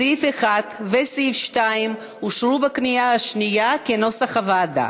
סעיף 1 וסעיף 2 אושרו בקריאה שנייה כנוסח הוועדה.